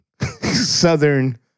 Southern